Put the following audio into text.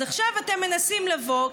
אז עכשיו אתם מנסים לבוא,